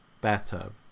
bathtub